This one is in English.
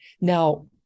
Now